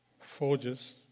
forges